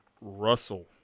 Russell